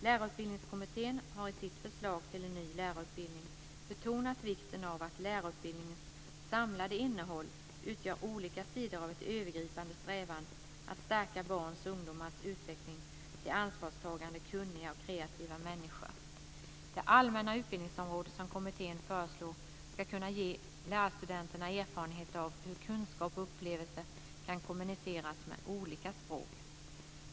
Lärarutbildningskommittén har i sitt förslag till en ny lärarutbildning betonat vikten av att lärarutbildningens samlade innehåll utgör olika sidor av en övergripande strävan att stärka barns och ungdomars utveckling till ansvarstagande, kunniga och kreativa människor. Det allmänna utbildningsområde som kommittén föreslår ska kunna ge lärarstudenterna erfarenhet av hur kunskap och upplevelse kan kommuniceras med olika "språk".